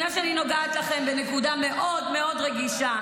אני מבינה שאני נוגעת לכם בנקודה מאוד מאוד רגישה,